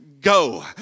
go